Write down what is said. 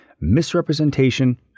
misrepresentation